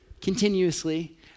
continuously